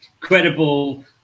credible